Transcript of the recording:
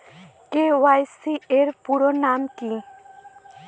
KYC এর পুরোনাম কী?